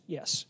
Yes